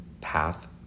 path